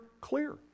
clear